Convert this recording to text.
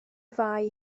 fai